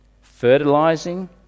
fertilizing